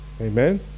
amen